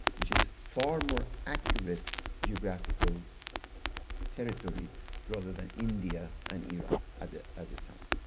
which is far more accurate geographical territory rather than india and iran at the at the time.